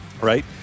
Right